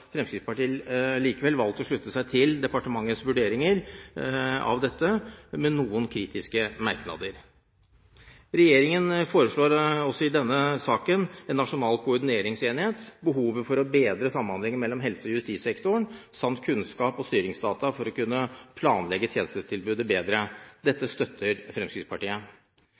Fremskrittspartiet likevel valgt å slutte seg til departementets vurderinger av dette, men med noen kritiske merknader. Regjeringen forslår også i denne saken en nasjonal koordineringsenhet, behov for bedre samhandling mellom helse- og justissektoren samt kunnskap og styringsdata for å kunne planlegge tjenestetilbudet bedre. Dette støtter Fremskrittspartiet.